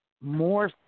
more